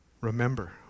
Remember